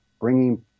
bringing